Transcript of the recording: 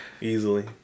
easily